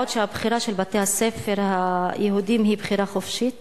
בעוד הבחירה של בתי-הספר היהודיים היא בחירה חופשית?